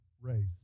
race